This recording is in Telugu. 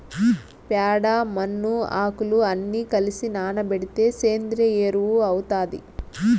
ప్యాడ, మన్ను, ఆకులు అన్ని కలసి నానబెడితే సేంద్రియ ఎరువు అవుతాది